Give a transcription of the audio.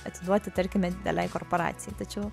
atiduoti tarkime didelei korporacijai tačiau